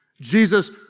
Jesus